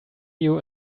you